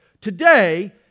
Today